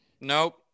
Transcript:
nope